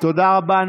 תודה רבה.